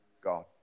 God